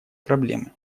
проблемы